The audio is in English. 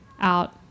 out